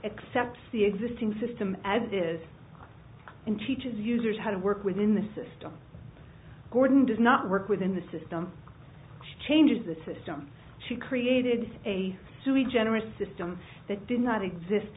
accept the existing system as it is and teaches users how to work within the system gordon does not work within the system changes the system she created a sui generous system that did not exist